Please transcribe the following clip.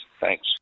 Thanks